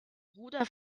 bruder